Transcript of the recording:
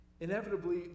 Inevitably